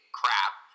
crap